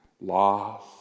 loss